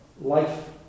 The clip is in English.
life